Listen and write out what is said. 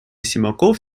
симаков